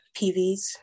PVs